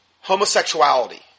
homosexuality